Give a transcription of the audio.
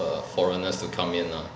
err foreigners to come in lah